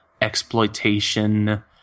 exploitation